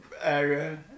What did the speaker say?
area